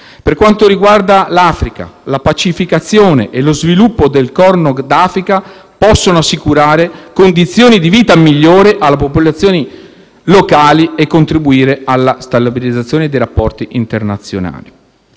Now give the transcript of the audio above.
Per quanto riguarda l'Africa, la pacificazione e lo sviluppo del Corno d'Africa possono assicurare condizioni di vita migliori alle popolazioni locali, contribuendo alla stabilizzazione dei rapporti internazionali.